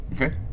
Okay